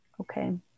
okay